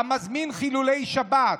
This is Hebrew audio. המזמין חילולי שבת,